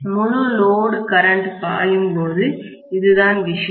முழு load current பாயும் போதும் இதுதான் விஷயம்